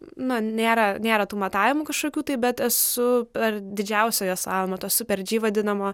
na nėra nėra tų matavimų kažkokių tai bet esu per didžiausiojo slalomo to super dži vadinamo